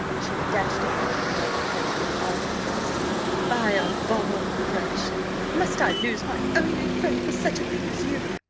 she dashed it upon the marble hearth with all her force vile bauble! cried she must i lose my only friend for such a thing as you?